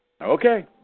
Okay